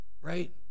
right